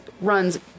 runs